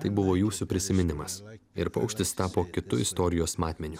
tai buvo jūsų prisiminimas ir paukštis tapo kitu istorijos matmeniu